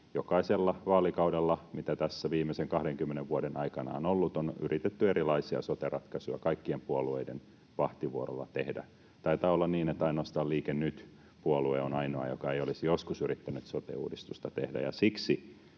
jokaisella vaalikaudella, mitä tässä viimeisen 20 vuoden aikana on ollut, on yritetty erilaisia sote-ratkaisuja kaikkien puolueiden vahtivuorolla tehdä. Taitaa olla niin, että ainoastaan Liike Nyt ‑puolue on ainoa, joka ei olisi joskus yrittänyt sote-uudistusta tehdä.